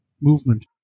movement